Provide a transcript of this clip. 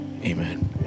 amen